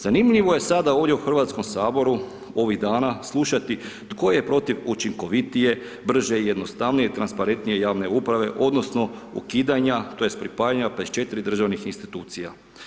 Zanimljivo je sada ovdje u Hrvatskom saboru ovih dana slušati tko je protiv učinkovitije, brže, jednostavnije i transparentnije javne uprave odnosno ukidanja tj. pripajanja 54 državnih institucija.